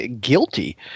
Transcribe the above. guilty